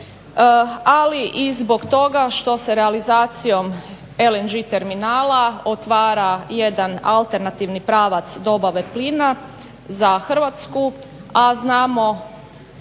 ali i zbog toga što se realizacijom LNG terminala otvara jedan alternativni pravac dobave plina za Hrvatsku a znamo,